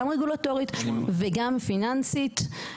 גם רגולטורית וגם פיננסית.